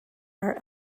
are